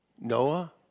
Noah